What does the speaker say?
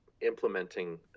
implementing